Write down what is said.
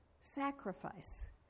sacrifice